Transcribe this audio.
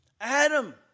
Adam